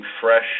fresh